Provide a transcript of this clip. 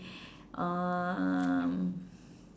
um